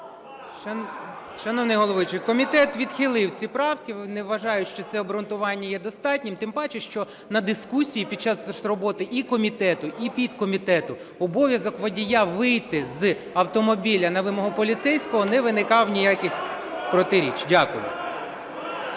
Шановний головуючий, комітет відхилив ці правки. Не вважаю, що це обґрунтування є достатнім. Тим паче, що на дискусії під час роботи і комітету, і підкомітету обов'язок водія вийти з автомобіля на вимогу поліцейського не викликав ніяких протиріч. Дякую.